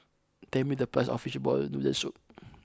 tell me the price of Fishball Noodle Soup